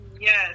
Yes